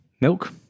milk